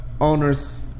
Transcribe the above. owners